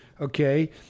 Okay